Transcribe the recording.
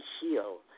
heal